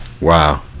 wow